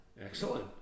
Excellent